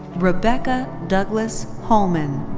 rebecca douglas hollman,